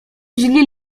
źli